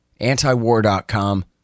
antiwar.com